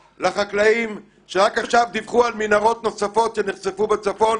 לחקלאים שרק עכשיו דיווחו על מנהרות נוספות שנחשפו בצפון,